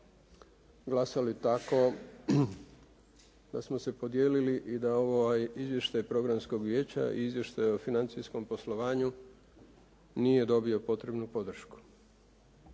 glasali tako da smo se podijelili i da ovaj izvještaj programskog vijeća i izvještaj o financijskom poslovanju nije dobio potrebnu podršku.